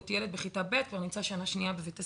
ילד בכיתה ב' כבר נמצא שנה שנייה בבית הספר,